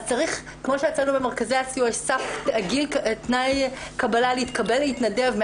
כמו שאצלנו במרכזי הסיוע יש תנאי קבלה להתקבל להתנדב,